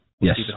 Yes